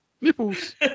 Nipples